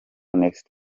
next